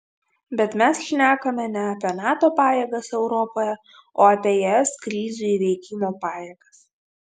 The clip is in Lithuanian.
bet mes šnekame ne apie nato pajėgas europoje o apie es krizių įveikimo pajėgas